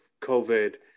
COVID